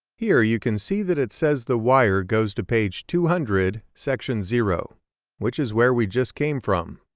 here you can see that it says the wire goes to page two hundred section zero which is where we just came from.